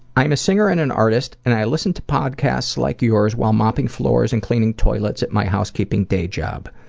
i am a singer and an artist, and i listen to podcasts like yours when mopping floors and cleaning toilets at my housekeeping day job.